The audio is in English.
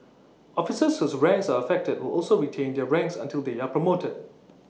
officers whose ranks are affected will also retain their ranks until they are promoted